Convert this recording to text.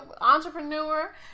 entrepreneur